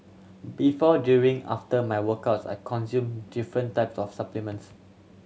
before during after my workouts I consume different types of supplements